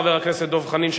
חבר הכנסת דב חנין,